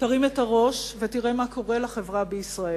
תרים את הראש ותראה מה קורה לחברה בישראל.